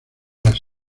las